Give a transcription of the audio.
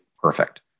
Perfect